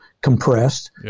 compressed